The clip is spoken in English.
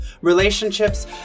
relationships